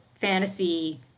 fantasy